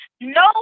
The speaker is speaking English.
no